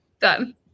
Done